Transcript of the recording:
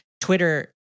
Twitter